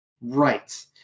Right